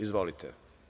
Izvolite.